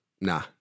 nah